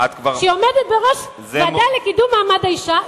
שעומדת בראש הוועדה לקידום מעמד האשה,